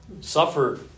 suffer